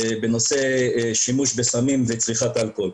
בנושא שימוש בסמים וצריכת אלכוהול.